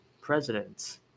presidents